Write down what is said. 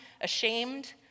ashamed